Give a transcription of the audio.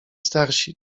starsi